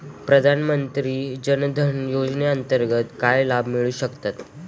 प्रधानमंत्री जनधन योजनेअंतर्गत काय लाभ मिळू शकतात?